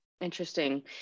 Interesting